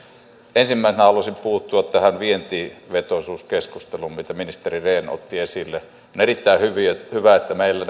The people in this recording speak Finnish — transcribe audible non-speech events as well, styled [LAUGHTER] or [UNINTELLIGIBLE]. ensimmäisenä haluaisin puuttua tähän vientivetoisuuskeskusteluun jonka ministeri rehn otti esille on erittäin hyvä että meillä [UNINTELLIGIBLE]